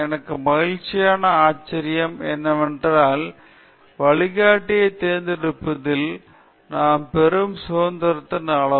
எனக்கு மகிழ்ச்சியான ஆச்சரியம் என்னவென்றால் வழிகாட்டியை தேர்ந்தெடுப்பதில் நாம் பெறும் சுதந்திரத்தின் அளவு